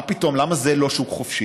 מה פתאום, למה זה לא שוק חופשי?